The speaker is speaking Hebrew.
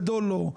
גדול לו.